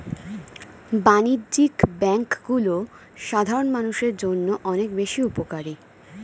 বাণিজ্যিক ব্যাংকগুলো সাধারণ মানুষের জন্য অনেক বেশি উপকারী